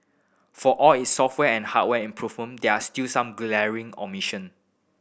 for all its software and hardware improvement they are still some glaring omission